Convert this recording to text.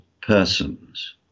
persons